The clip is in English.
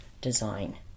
design